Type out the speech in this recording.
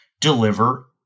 deliver